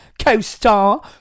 co-star